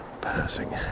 passing